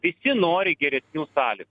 visi nori geresnių sąly